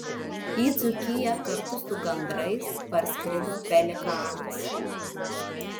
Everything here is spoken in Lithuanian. į dzūkiją kartu su gandrais parskrido pelikanas